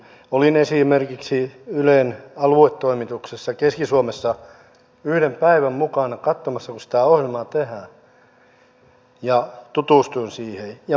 olin esimerkiksi ylen aluetoimituksessa keski suomessa yhden päivän mukana katsomassa kun sitä ohjelmaa tehdään ja tutustuin siihen